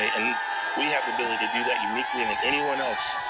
ah and we have the ability to do that uniquely and than anyone else.